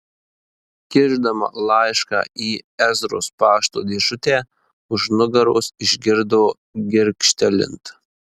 kišdama laišką į ezros pašto dėžutę už nugaros išgirdo girgžtelint